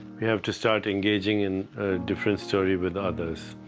we have to start engaging in a different story with others.